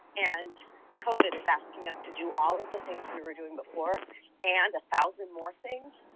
and covid is asking us to do all of the things we were doing before and a thousand more things,